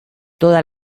toda